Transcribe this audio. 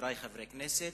חברי חברי הכנסת,